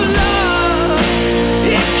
love